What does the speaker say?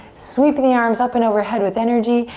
sweeping the arms up and overhead with energy.